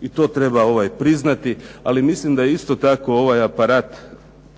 i to treba priznati, ali mislim da isto tako ovaj aparat